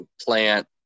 plant